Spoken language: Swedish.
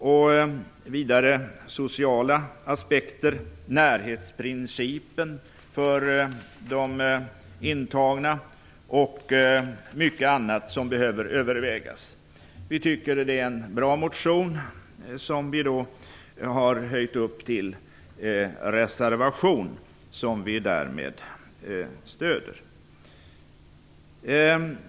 Vidare handlar det om sociala aspekter, närhetsprincipen för de intagna och mycket annat som behöver övervägas. Vi tycker att det är en bra motion som vi har upphöjt till reservation, vilken vi härmed stöder.